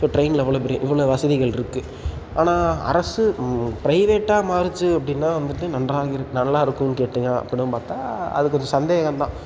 இப்போ ட்ரெயினில் இவ்வளோ பெரிய இவ்வளோ வசதிகள் இருக்குது ஆனால் அரசு ப்ரைவேட்டாக மாறிச்சி அப்படின்னா வந்துட்டு நன்றாக இரு நல்லா இருக்கும்னு கேட்டீங்கனால் அப்படின்னு பார்த்தா அது கொஞ்சம் சந்தேகந்தான்